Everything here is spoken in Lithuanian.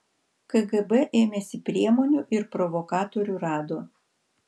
kgb ėmėsi priemonių ir provokatorių rado